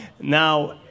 Now